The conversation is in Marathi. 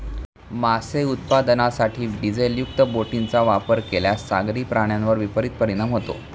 मासे उत्पादनासाठी डिझेलयुक्त बोटींचा वापर केल्यास सागरी प्राण्यांवर विपरीत परिणाम होतो